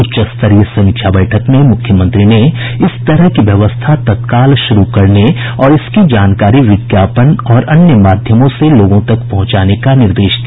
उच्च स्तरीय समीक्षा बैठक में मुख्यमंत्री ने इस तरह की व्यवस्था तत्काल शुरू करने और इसकी जानकारी विज्ञापन और अन्य माध्यमों से लोगों तक पहुंचाने का निर्देश दिया